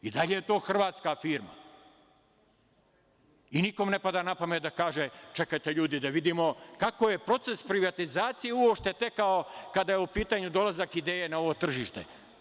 I dalje je to hrvatska firma i nikome ne pada na pamet da kaže – čekajte ljudi, da vidimo kako je proces privatizacije uopšte tekao kada je u pitanju dolazak „Idea“ na ovo tržište.